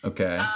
Okay